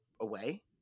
away